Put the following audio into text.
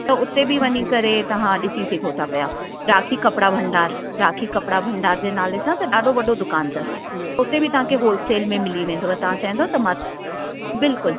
त उते बि वञी करे तव्हां ॾिसी सघो था पिया राखी कपिड़ा भंडार राखी कपिड़ा भंडार जे नाले सां त ॾाढो वॾो दुकानु अथस उते बि तव्हांखे होलसेल में मिली वेंदव तव्हां चवंदव त मां बिल्कुलु